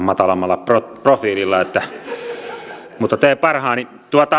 matalammalla profiililla mutta teen parhaani